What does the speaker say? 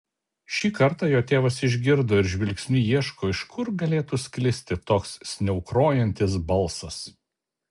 šį kartą jo tėvas išgirdo ir žvilgsniu ieško iš kur galėtų sklisti toks sniaukrojantis balsas